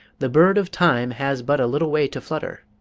the bird of time has but a little way to flutter